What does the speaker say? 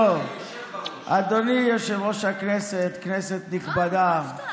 אדוני יושב-ראש הישיבה, כנסת נכבדה,